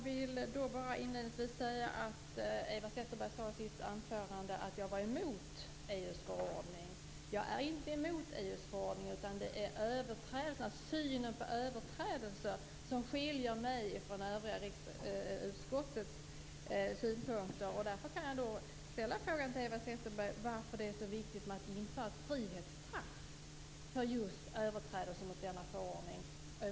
Herr talman! Eva Zetterberg sade i sitt anförande att jag var emot EU:s förordning. Jag är inte emot EU:s förordning, utan det är synen på överträdelser som skiljer mig från det övriga utskottets synpunkter. Därför kan jag ställa frågan till Eva Zetterberg varför det är så viktigt att införa ett frihetsstraff för överträdelser mot denna förordning.